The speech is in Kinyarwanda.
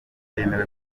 bemewe